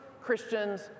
Christians